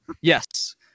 Yes